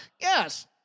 yes